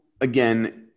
again